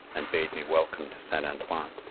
and bade me welcome to st. antoine,